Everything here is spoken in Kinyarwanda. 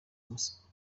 masoro